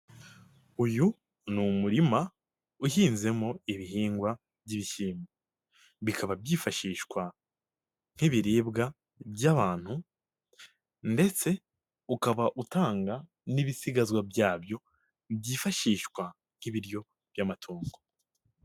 Uyu ni umurima uhinzemo ibihingwa by'ibishyimbo, bikaba byifashishwa nk'ibiribwa by'abantu ndetse ukaba utanga n'ibisigazwa byabyo byifashishwa nk'ibiryo by'amatongo.